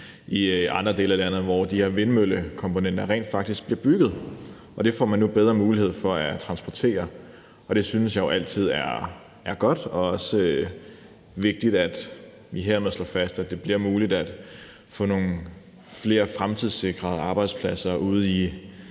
i andre dele af landet, hvor de her vindmøllekomponenter rent faktisk bliver bygget. Dem får man nu bedre mulighed for at transportere, og det synes jeg jo altid er godt. Det er også vigtigt, at vi hermed slår fast, at det bliver muligt at få nogle flere fremtidssikrede arbejdspladser ude i